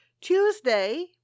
Tuesday